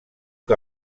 que